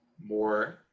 More